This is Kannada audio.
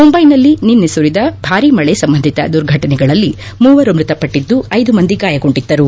ಮುಂಬೈನಲ್ಲಿ ನಿನ್ನೆ ಸುರಿದ ಭಾರಿ ಮಳೆ ಸಂಬಂಧಿತ ದುರ್ಘಟನೆಗಳಲ್ಲಿ ಮೂವರು ಮೃತಪಟ್ಟಿದ್ದು ಐದು ಮಂದಿ ಗಾಯಗೊಂಡಿದ್ದರು